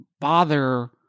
bother